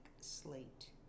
slate